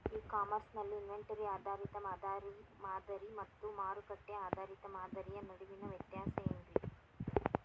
E commerce ನಲ್ಲಿ inventory ಆಧಾರಿತ ಮಾದರಿ ಮತ್ತ ಮಾರುಕಟ್ಟೆ ಆಧಾರಿತ ಮಾದರಿಯ ನಡುವಿನ ವ್ಯತ್ಯಾಸಗಳೇನ ರೇ?